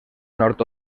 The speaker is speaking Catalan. nord